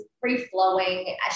free-flowing